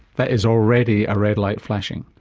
that is already a red light flashing.